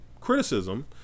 criticism